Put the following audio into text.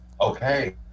Okay